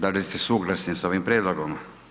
Da li ste suglasni s ovim prijedlogom?